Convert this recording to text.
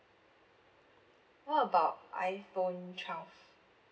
what about iPhone twelve